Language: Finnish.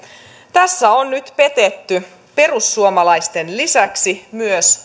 tässä on nyt petetty perussuomalaisten lisäksi myös